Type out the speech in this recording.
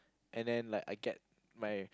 and then like I get my